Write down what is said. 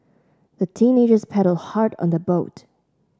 the teenagers paddled hard on their boat